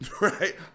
Right